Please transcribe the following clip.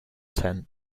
tent